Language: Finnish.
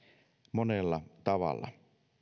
monella tavalla